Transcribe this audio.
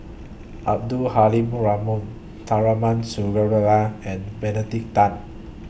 Abdul Halim Tharman and Benedict Tan